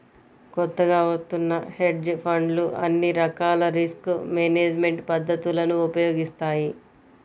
కొత్తగా వత్తున్న హెడ్జ్ ఫండ్లు అన్ని రకాల రిస్క్ మేనేజ్మెంట్ పద్ధతులను ఉపయోగిస్తాయి